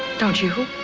don't you?